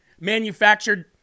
manufactured